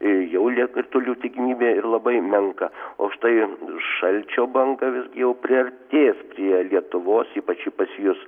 jau lie kritulių tikimybė ir labai menka o štai šalčio banga visgi jau priartės prie lietuvos ypač ji pasijus